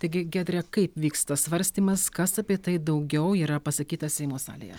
taigi giedre kaip vyksta svarstymas kas apie tai daugiau yra pasakyta seimo salėje